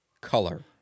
color